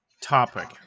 topic